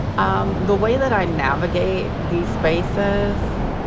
um the way that i navigate these spaces